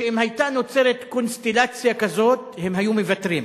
שאם היתה נוצרת קונסטלציה כזאת הם היו מוותרים,